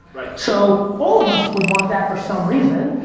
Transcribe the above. so, all of us would want that for some reason.